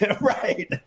right